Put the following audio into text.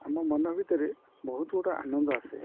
ଆମ ମନ ଭିତରେ ବହୁତ ଗୋଟେ ଆନନ୍ଦ ଆସେ